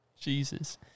Jesus